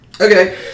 Okay